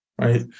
Right